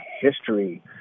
history